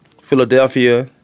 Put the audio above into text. Philadelphia